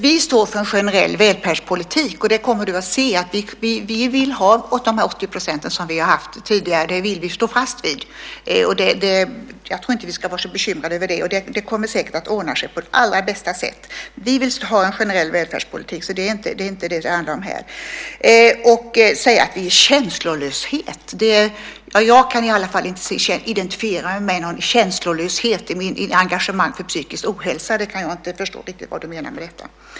Vi står för en generell välfärdspolitik. Det kommer du att se. Vi vill ha de 80 % som vi har haft tidigare. Det vill vi stå fast vid. Jag tror inte att vi ska vara så bekymrade över det. Det kommer säkert att ordna sig på allra bästa sätt. Vi vill ha en generell välfärdspolitik. Det är inte det som det handlar om här. Ministern säger att vi visar känslolöshet. Jag kan i alla fall inte identifiera någon känslolöshet i mitt engagemang för psykisk ohälsa. Jag kan inte förstå vad du menar med detta.